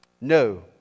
No